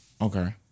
Okay